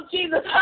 Jesus